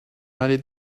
allait